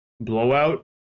blowout